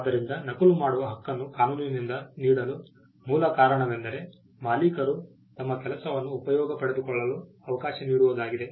ಆದ್ದರಿಂದ ನಕಲು ಮಾಡುವ ಹಕ್ಕನ್ನು ಕಾನೂನಿನಿಂದ ನೀಡಲು ಮೂಲ ಕಾರಣವೆಂದರೆ ಮಾಲೀಕರು ತಮ್ಮ ಕೆಲಸವನ್ನು ಉಪಯೋಗ ಪಡೆದುಕೊಳ್ಳಲು ಅವಕಾಶ ನೀಡುವುದಾಗಿದೆ